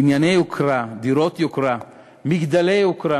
בנייני יוקרה, דירות יוקרה, מגדלי יוקרה.